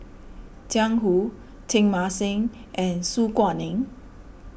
Jiang Hu Teng Mah Seng and Su Guaning